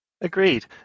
Agreed